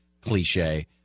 cliche